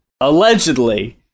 allegedly